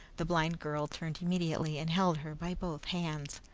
the blind girl turned immediately, and held her by both hands.